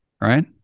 right